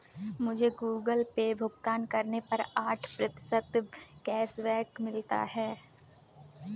मुझे Google Pay भुगतान करने पर आठ प्रतिशत कैशबैक मिला है